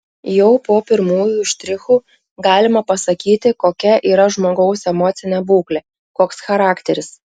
jau po pirmųjų štrichų galima pasakyti kokia yra žmogaus emocinė būklė koks charakteris